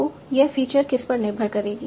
तो यह फ़ीचर किस पर निर्भर करेगी